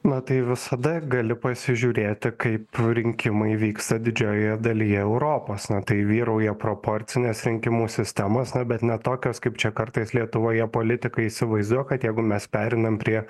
matai visada gali pasižiūrėti kaip rinkimai vyksta didžiojoje dalyje europos na tai vyrauja proporcinės rinkimų sistemos na bet ne tokios kaip čia kartais lietuvoje politikai įsivaizduoja kad jeigu mes pereinam prie